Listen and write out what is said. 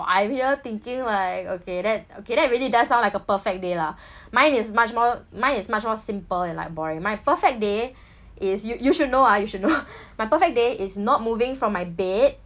I'm here thinking like okay that okay that really does sound like a perfect day lah mine is much more mine is much more simple and like boring my perfect day is you you should know ah you should know my perfect day is not moving from my bed